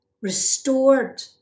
restored